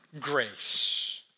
grace